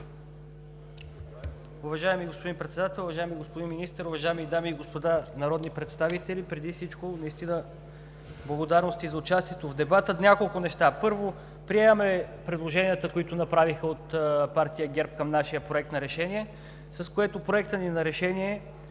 Уважаеми господин Председател, уважаеми господин Министър, уважаеми дами и господа народни представители! Преди всичко благодарности за участието в дебата. Няколко неща. Първо, приемаме предложенията, които направиха от партия ГЕРБ към нашия проект на решение, с което той ще бъде